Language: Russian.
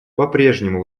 попрежнему